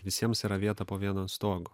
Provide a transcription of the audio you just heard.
visiems yra vieta po vienu stogu